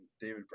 david